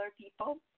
people